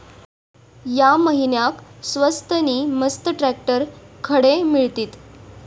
या महिन्याक स्वस्त नी मस्त ट्रॅक्टर खडे मिळतीत?